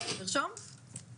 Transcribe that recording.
בטח פספסתי את הדיון.